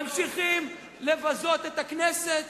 ממשיכים לבזות את הכנסת,